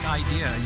idea